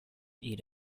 eat